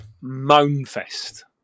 moan-fest